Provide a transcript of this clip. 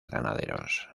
ganaderos